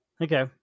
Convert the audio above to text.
okay